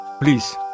Please